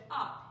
up